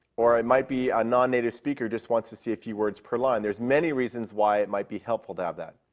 or i might be a nonnative speaker who just wants to see a few words per line. there's many reasons why it might be helpful to have that.